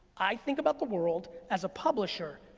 i think about the world as a publisher,